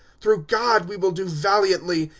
through god we will do valiantly.